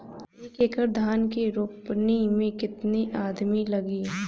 एक एकड़ धान के रोपनी मै कितनी आदमी लगीह?